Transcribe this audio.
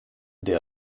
der